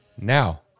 now